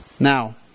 Now